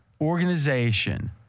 organization